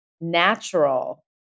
natural